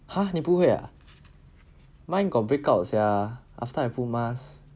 !huh! 你不会 ah mine got break out sia after I put mask